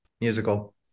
Musical